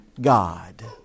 God